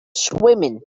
swimming